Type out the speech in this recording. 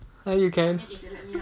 ya you can